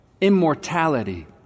immortality